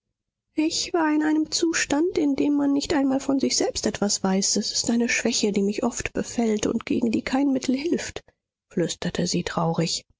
ich war in einem zustand in dem man nicht einmal von sich selbst etwas weiß es ist eine schwäche die mich oft befällt und gegen die kein mittel hilft flüsterte sie traurig